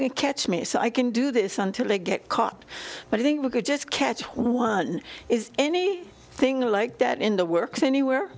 going to catch me so i can do this until they get caught but i think we could just catch one is any thing like that in the works anywhere